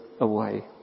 away